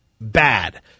bad